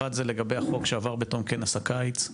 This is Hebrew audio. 1. לגבי החוק שעבר בתום כנס הקיץ,